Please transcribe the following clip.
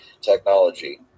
technology